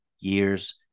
years